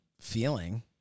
feeling